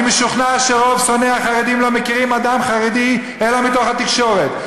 אני משוכנע שרוב שונאי החרדים לא מכירים אדם חרדי אלא מתוך התקשורת.